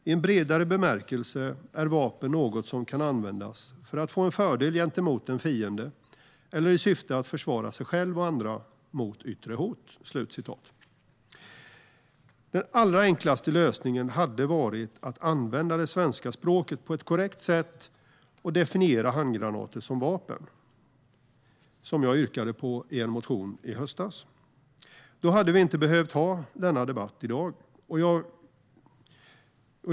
I en bredare bemärkelse, är vapen något som kan användas för att få en fördel gentemot en fiende eller i syfte att försvara sig själv och andra mot yttre hot." Den allra enklaste lösningen hade varit att använda det svenska språket på ett korrekt sätt och definiera handgranater som vapen, vilket jag yrkade på i en motion i höstas. Då hade vi inte behövt ha denna debatt i dag.